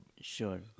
Sure